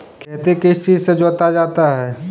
खेती किस चीज से जोता जाता है?